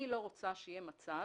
אני לא רוצה שיהיה מצב